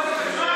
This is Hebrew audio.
מה זה קשור?